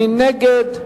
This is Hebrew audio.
מי נגד?